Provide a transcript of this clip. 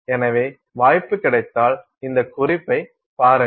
எனவே வாய்ப்பு கிடைத்தால் இந்த குறிப்பைப் பாருங்கள்